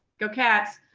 go cats!